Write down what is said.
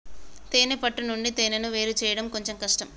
తేనే పట్టు నుండి తేనెను వేరుచేయడం కొంచెం కష్టం